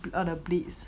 all the bleeds